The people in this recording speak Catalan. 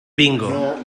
bingo